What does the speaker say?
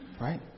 right